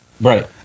Right